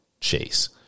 Chase